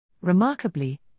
Remarkably